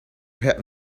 had